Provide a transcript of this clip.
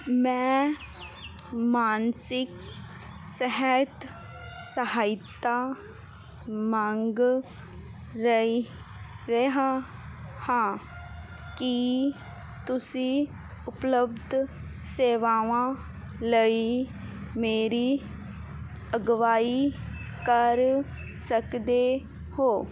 ਮੈਂ ਮਾਨਸਿਕ ਸਿਹਤ ਸਹਾਇਤਾ ਮੰਗ ਰਹੀ ਰਿਹਾ ਹਾਂ ਕੀ ਤੁਸੀਂ ਉਪਲੱਬਧ ਸੇਵਾਵਾਂ ਲਈ ਮੇਰੀ ਅਗਵਾਈ ਕਰ ਸਕਦੇ ਹੋ